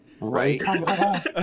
Right